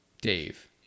dave